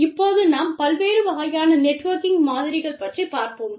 இப்போது நாம் பல்வேறு வகையான நெட்வொர்கிங் மாதிரிகள் பற்றிப் பார்ப்போம்